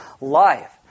life